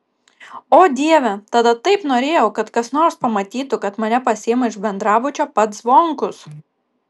o dieve tada taip norėjau kad kas nors pamatytų kad mane pasiima iš bendrabučio pats zvonkus